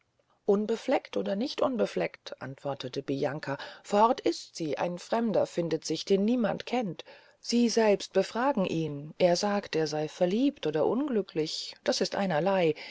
unbefleckt oder nicht unbefleckt antwortete bianca fort ist sie ein fremder findet sich den niemand kennt sie selbst befragen ihn er sagt er sey verliebt oder unglücklich das ist einerley